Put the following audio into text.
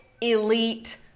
elite